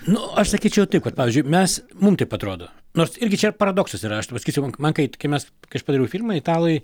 nu aš sakyčiau taip kad pavyzdžiui mes mum taip atrodo nors irgi čia paradoksas yra aš tai pasakysiu man kai kai mes kai aš padariau filmą italai